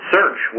Search